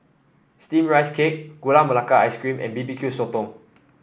steamed Rice Cake Gula Melaka Ice Cream and B B Q Sotong